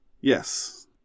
Yes